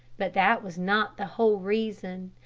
but that was not the whole reason.